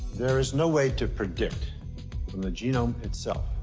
there is no way to predict from the genome itself,